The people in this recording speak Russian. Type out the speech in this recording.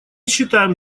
считаем